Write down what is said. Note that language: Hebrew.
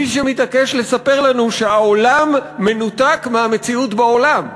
מי שמתעקש לספר לנו שהעולם מנותק מהמציאות בעולם,